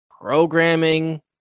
programming